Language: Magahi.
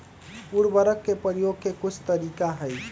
उरवरक के परयोग के कुछ तरीका हई